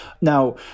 Now